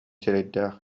сирэйдээх